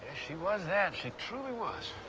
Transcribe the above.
she was that. she truly was.